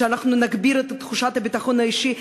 שאנחנו נגביר את תחושת הביטחון האישי,